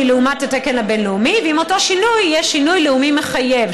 לעומת התקן הבין-לאומי ואם אותו שינוי יהיה שינוי לאומי מחייב.